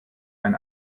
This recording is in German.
ein